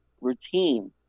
routine